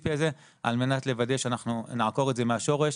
הספציפי הזה על מנת לוודא שאנחנו נעקור את זה מהשורש.